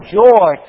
joy